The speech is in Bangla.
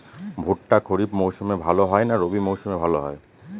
ভুট্টা খরিফ মৌসুমে ভাল হয় না রবি মৌসুমে ভাল হয়?